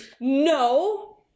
No